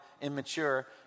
immature